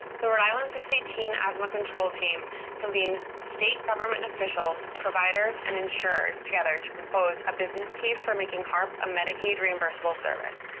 the rhode island six eighteen asthma control team convened state government officials, providers, and insurers together to propose a business case for making harp a medicaid-reimbursable service.